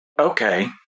Okay